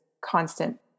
constant